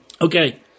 Okay